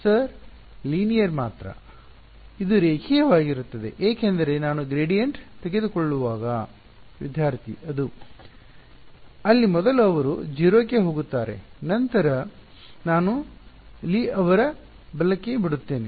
ವಿದ್ಯಾರ್ಥಿ sir linear ಮಾತ್ರ ಇದು ರೇಖೀಯವಾಗಿರುತ್ತದೆ ಏಕೆಂದರೆ ನಾನು ಗ್ರೇಡಿಯಂಟ್ ತೆಗೆದುಕೊಳ್ಳುವಾಗ ವಿದ್ಯಾರ್ಥಿ ಅದು ಅಲ್ಲಿ ಮೊದಲು ಅವರು 0 ಕ್ಕೆ ಹೋಗುತ್ತಾರೆ ಮತ್ತು ನಂತರ ನಾನು ಲಿ ಅವರ ಬಲಕ್ಕೆ ಬಿಡುತ್ತೇನೆ